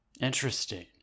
interesting